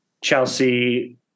Chelsea